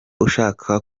ushaka